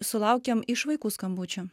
sulaukiam iš vaikų skambučių